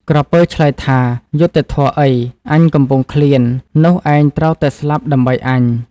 ក្រពើឆ្លើយថា យុត្តិធម៌អី អញកំពុងឃ្លាន នោះឯងត្រូវតែស្លាប់ដើម្បីអញ។